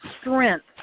strength